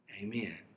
Amen